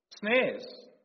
snares